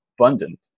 abundant